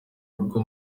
rwo